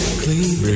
clean